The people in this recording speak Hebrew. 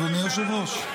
אדוני היושב-ראש.